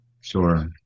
sure